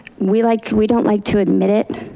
we like we don't like to admit it,